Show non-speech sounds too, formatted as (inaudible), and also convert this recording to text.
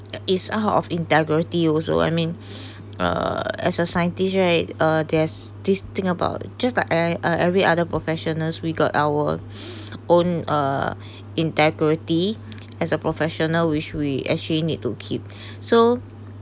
it is out of integrity also I mean (breath) uh as a scientist right uh there's this thing about it just like eh uh every other professionals we got our (breath) own uh integrity as a professional which we actually need to keep so